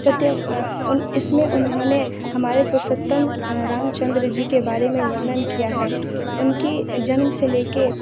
सत्य इसमें उन्होंने हमारे पुरषोत्तम रामचन्द्र जी कर बारे में वर्णन किया है उनकी जन्म से लेके